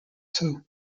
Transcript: too